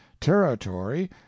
territory